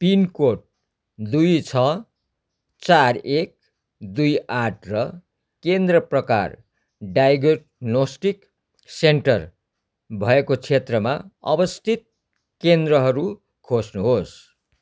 pin code दुई छ चार एक दुई आठ र केन्द्र प्रकार डायगोनोस्टिक सेन्टर भएको क्षेत्रमा अवस्थित केन्द्रहरू खोज्नुहोस्